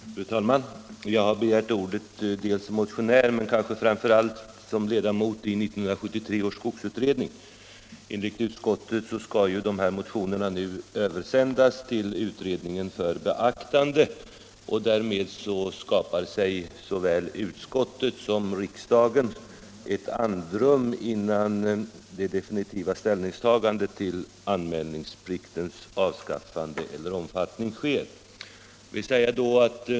Fru talman! Jag har begärt ordet som motionär men framför allt som ledamot av 1973 års skogsutredning. Enligt utskottet skall ju dessa motioner nu översändas till utredningen för beaktande. Därmed skaffar sig såväl utskottet som riksdagen ett andrum före det definitiva ställningstagandet till anmälningspliktens omfattning.